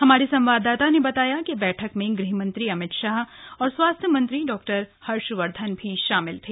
हमारे संवाददाता ने बताया कि बैठक में गृहमंत्री अमित शाह और स्वास्थ्य मंत्री डॉक्टर हर्षवर्धन भी शामिल थे